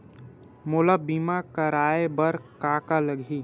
मोला बीमा कराये बर का का लगही?